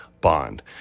bond